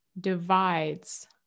divides